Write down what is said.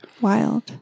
Wild